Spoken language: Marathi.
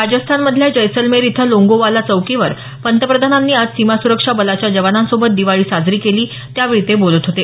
राजस्थानमधल्या जैसलमेर इथं लोंगोवाला चौकीवर पंतप्रधानांनी आज सीमा सुरक्षा बलाच्या जवानांसोबत दिवाळी साजरी केली त्यावेळी ते बोलत होते